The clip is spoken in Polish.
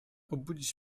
obudzić